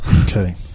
Okay